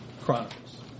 Chronicles